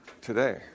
today